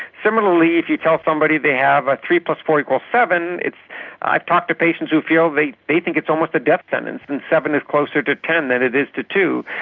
similarly if you tell somebody they have a three plus four equals seven, i've talked to patients who feel they they think it's almost a death sentence and seven is closer to ten that it is to two,